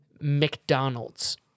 McDonald's